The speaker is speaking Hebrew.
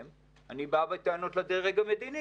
גם חשש להתלקחות של זירה צפונית,